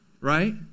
right